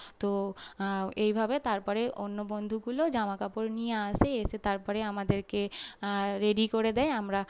তো এইভাবে তারপরে অন্য বন্ধুগুলো জামাকাপড় নিয়ে আসে এসে তারপরে আমাদেরকে রেডি করে দেয় আমরা